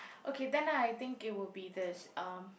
okay then I think it would be this um